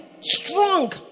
Strong